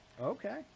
Okay